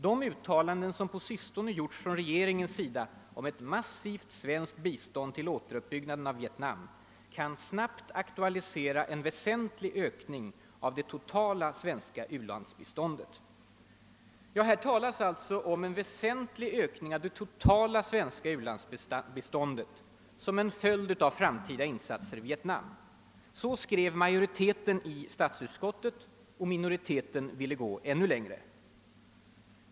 De uttalanden som på sistone gjorts från regeringens sida om ett massivt svenskt bistånd till återuppbyggnaden av Vietnam kan snabbt aktualisera en väsentlig ökning av det totala svenska u-landsbiståndet.» Här talas det alltså om »en väsentlig ökning av det totala svenska u-landsbiståndet» som en följd av framtida insatser i Vietnam. Så skrev majoriteten i statsutskottet — och minoriteten ville gå ännu längre.